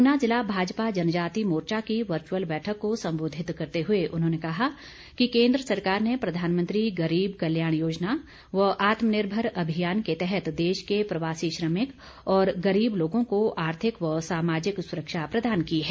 ऊना जिला भाजपा जनजाति मोर्चा की वर्चुअल बैठक को संबोधित करते हुए उन्होंने कहा कि केंद्र सरकार ने प्रधानमंत्री गरीब कल्याण योजना व आत्मनिर्भर अभियान के तहत देश के प्रवासी श्रमिक और गरीब लोगों को आर्थिक व समाजिक सुरक्षा प्रदान की है